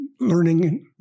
learning